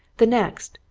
the next,